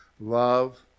Love